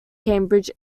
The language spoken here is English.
cambridge